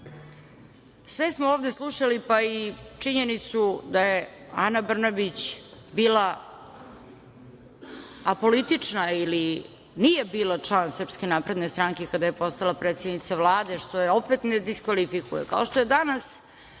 smo ovde slušali, pa i činjenicu da je Ana Brnabić bila apolitična ili nije bila član SNS kada je postala predsednica Vlade, što je opet ne diskvalifikuje, kao što je danas